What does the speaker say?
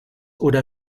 oder